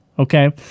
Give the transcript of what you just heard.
Okay